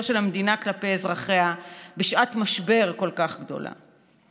של המדינה כלפי אזרחיה בשעת משבר כל כך גדולה.